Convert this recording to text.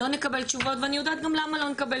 לא נקבל תשובות ואני יודעת גם למה לא נקבל